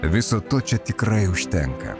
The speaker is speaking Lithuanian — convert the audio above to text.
viso to čia tikrai užtenka